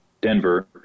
Denver